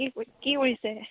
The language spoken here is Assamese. কি কি কৰিছে